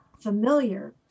familiar